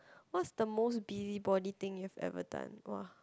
what's the most busybody thing you have ever done !wah!